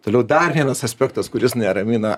toliau dar vienas aspektas kuris neramina